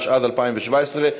התשע"ז 2017,